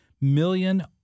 million